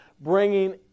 bringing